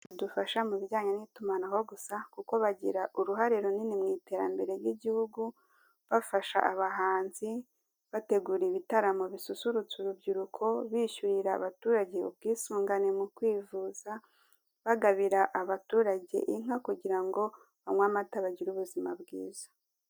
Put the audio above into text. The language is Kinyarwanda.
Dufasha mu bijyanye n'itumanaho gusa, kuko bagira uruhare runini mu iterambere ry'igihugu bafasha abahanzi, bategura ibitaramo bisusurutsa urubyiruko, bishyurira abaturage ubwisungane mu kwivuza, bagabira abatura ge inka kugira ngo banywe amata bagire ubuzima bwiza.